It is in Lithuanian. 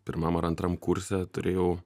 pirmam ar antram kurse turėjau